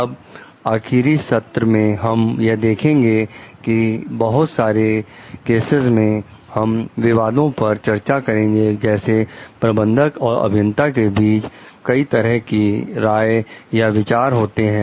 तब आखिरी सत्र में हम यह देखेंगे कि बहुत सारे केसेस में हम विवादों पर चर्चा करेंगे जैसे प्रबंधक और अभियंता के बीच कई तरह की राय या विचार होते हैं